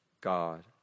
God